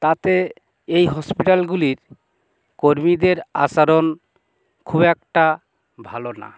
তাতে এই হসপিটালগুলির কর্মীদের আচারণ খুব একটা ভালো না